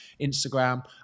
Instagram